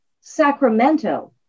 Sacramento